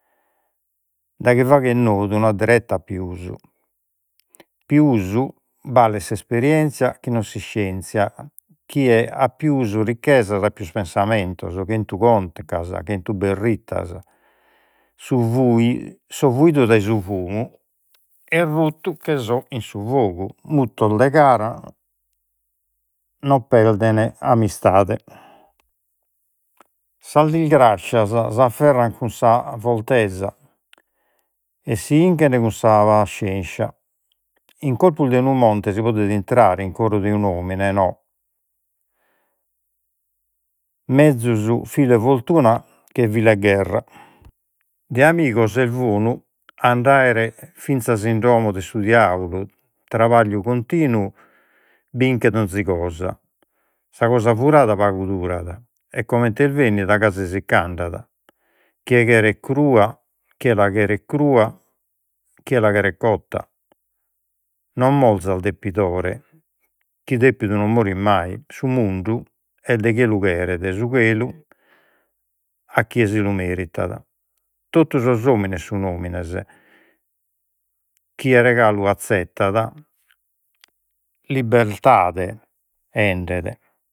Da chi faghet nodu non adderettat pius, pius balet s’esperienzia chi non sa iscienzia. Chie at pius ricchesas at pius pensamentos, chentu chentu berrittas, su so fuidu dai su fumu, e ruttu che so in su fogu, mutos de non perden amistade, sas disgrascias s'afferran cun sa fortesa, e si 'inchen cun. In corpu de unu monte si podet intrare, in coro de unu omine no, mezus fizu 'e fortuna che gherra, de amigos est bonu a nd’aere finzas in domo de su diaulu, trabagliu continu binchet 'onzi cosa, sa cosa furada pagu durat, e comente est bennida gasi si ch’andat, chie cheret crua, chie la cheret crua chie la cheret cotta. Non morzas depitore, chi depidu non morit mai, su mundu est de chie lu cheret, su chelu a chie si lu meritat. Totu sos omines sun omines, chie regalu azzettat, libertade bendet.